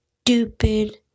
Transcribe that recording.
stupid